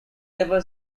never